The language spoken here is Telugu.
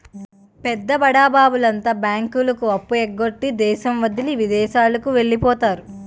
పెద్ద బడాబాబుల అంతా బ్యాంకులకు అప్పు ఎగ్గొట్టి దేశం వదిలి విదేశాలకు వెళ్లిపోతారు